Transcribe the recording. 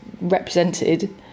represented